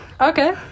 Okay